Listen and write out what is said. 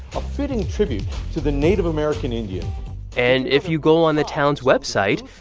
a fitting tribute to the native american indian and if you go on the town's website,